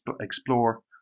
explore